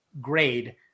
grade